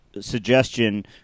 suggestion